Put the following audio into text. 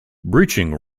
breaching